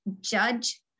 judge